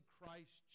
Christ